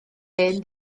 hen